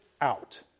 out